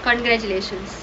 congratulations